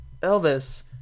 Elvis